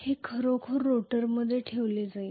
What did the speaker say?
हे खरोखर रोटरमध्ये ठेवले जाईल